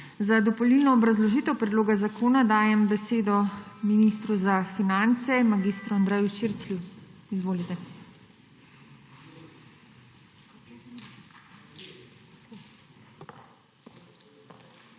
Za dopolnilno obrazložitev predloga zakona dajem besedo ministru za finance mag. Andreju Širclju. Izvolite.